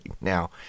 now